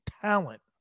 talent